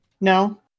No